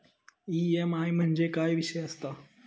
EMI म्हणजे काय विषय आसता?